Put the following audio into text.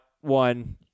one